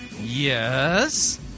Yes